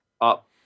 up